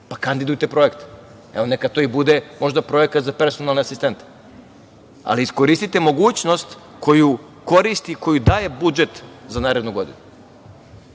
Kandidujte projekte. Evo, neka to i bude i projekat za personalne asistente. Iskoristite mogućnost koju koristi, koju daje budžet za narednu godinu.